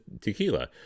tequila